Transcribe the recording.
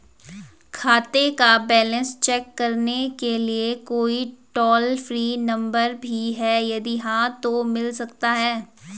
खाते का balance check करने के लिए कोई टॉल फ्री नम्बर भी है यदि हाँ तो मिल सकता है?